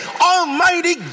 Almighty